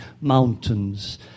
mountains